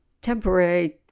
temporary